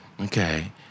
Okay